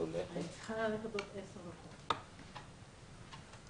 כי הוא צריך להיות עם 10% ממערכת החולים הקשים במדינת ישראל.